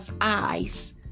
eyes